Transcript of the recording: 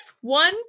one